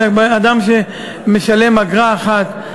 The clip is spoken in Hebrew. אלא אדם שמשלם אגרה אחת,